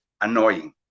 annoying